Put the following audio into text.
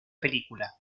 película